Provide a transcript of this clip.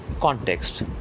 context